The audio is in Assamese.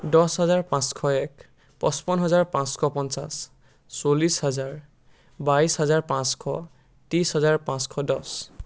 দহ হেজাৰ পাঁচশ এক পঁচপন্ন হাজাৰ পাঁচশ পঞ্চাছ চল্লিছ হাজাৰ বাইছ হাজাৰ পাঁচশ ত্ৰিছ হাজাৰ পাঁচশ দহ